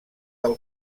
del